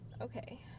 Okay